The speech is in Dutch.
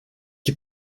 heb